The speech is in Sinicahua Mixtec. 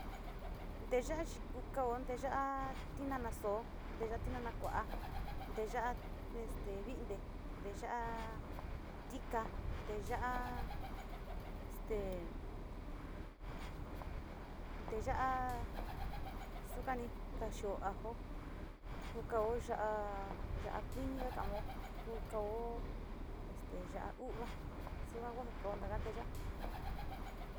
Ndee ya'á kuu kaó uun ndee ya'á tinana ndó, ndee ya'á tinana kuá, ndee ya'á este vindé, ndee ya'á tika, ndee ya'á este, ndee ya'á xukani kaxuó ajo kuu kaó ya'á, ya'á kuiniña kaó kuu káo este ya'á uva xuu nga kao ndaka tiya'a.